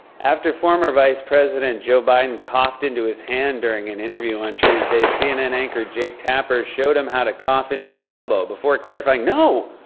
after former vice president joe biden coughed into his hand during an interview on tuesday, cnn anchor jake tapper showed him how to cough into his elbow before clarifying, no!